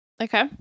Okay